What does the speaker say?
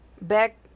back